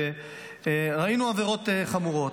וראינו עבירות חמורות.